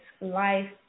life